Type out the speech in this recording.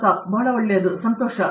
ಪ್ರತಾಪ್ ಹರಿಡೋಸ್ ಬಹಳ ಒಳ್ಳೆಯದು ಬಹಳ ಸಂತೋಷ